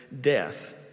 death